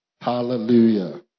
Hallelujah